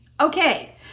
Okay